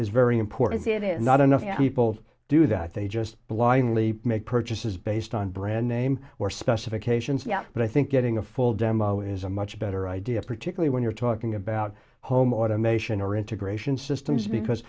is very important it is not enough people do that they just blindly make purchases based on brand name or specifications yeah but i think getting a full demo is a much better idea particularly when you're talking about home automation or integration systems because